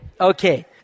Okay